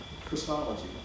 Christology